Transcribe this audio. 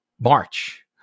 March